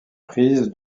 prise